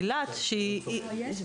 כבר יש.